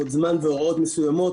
עוד זמן והוראות מסוימות,